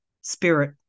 spirit